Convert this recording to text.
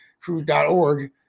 crew.org